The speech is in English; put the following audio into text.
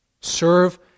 Serve